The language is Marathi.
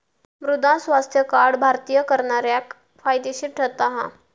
मृदा स्वास्थ्य कार्ड भारतीय करणाऱ्याक फायदेशीर ठरता हा